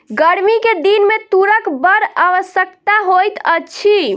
गर्मी के दिन में तूरक बड़ आवश्यकता होइत अछि